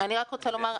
אני רוצה לומר,